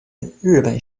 日本